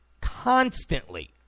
constantly